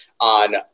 on